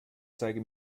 zeige